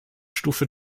stufe